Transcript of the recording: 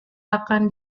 akan